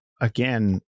again